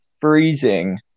freezing